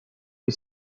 que